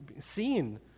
seen